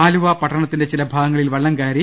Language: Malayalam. ആലുവ പട്ടണത്തിന്റെ ചില ഭാഗങ്ങളിൽ വെള്ളംകയറി